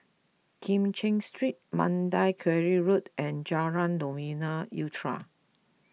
Kim Cheng Street Mandai Quarry Road and Jalan Novena Utara